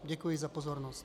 Děkuji za pozornost.